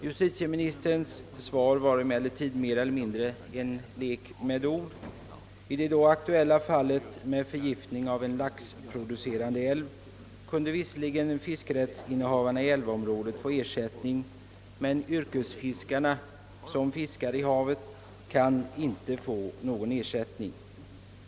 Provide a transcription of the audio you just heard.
Justitieministerns svar var emellertid mer eller mindre en lek med ord. I det då aktuella fallet med förgiftning av en laxproducerande älv kunde visserligen fiskerättsinnehavarna i älvområdet få ersättning, men yrkesfiskarna, som fiskar i havet, kan inte få någon ersättning.